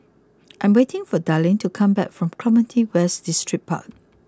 I'm waiting for Darlene to come back from Clementi West Distripark